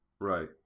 Right